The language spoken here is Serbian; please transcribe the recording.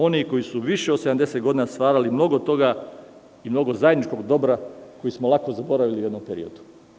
Oni koji su više od 70 godina stvarali mnogo toga i mnogo zajedničkog dobra lako smo zaboravili u jednom periodu.